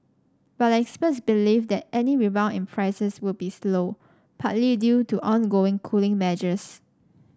but experts believe that any rebound in prices will be slow partly due to ongoing cooling measures